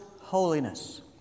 holiness